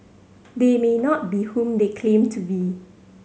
they may not be whom they claim to be